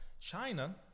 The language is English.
China